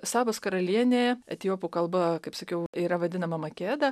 sabos karalienė etiopų kalba kaip sakiau yra vadinama makeda